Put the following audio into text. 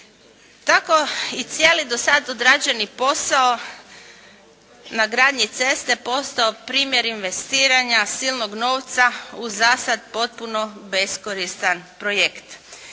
Tako i cijeli do sad odrađeni posao na gradnji ceste postao primjer investiranja silnog novca u za sad potpuno beskoristan projekt.